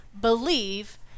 believe